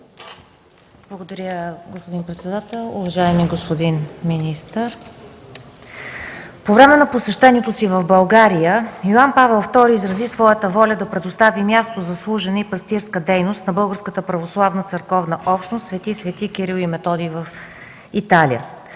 Благодаря, господин председател. Уважаеми господин министър, по време на посещението си в България Йоан Павел ІІ изрази своята воля да предостави място за служене и пастирска дейност на българската православна църковна общност „Св.св. Кирил и Методий” в Италия.